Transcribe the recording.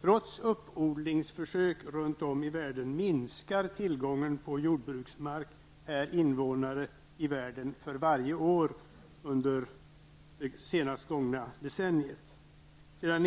Trots uppodlingsförsök har tillgången på jordbruksmark per invånare i världen minskat för varje år under det senast gångna decenniet. Sedan